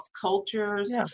cultures